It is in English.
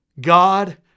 God